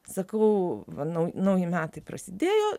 sakau va nau nauji metai prasidėjo